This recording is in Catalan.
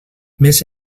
més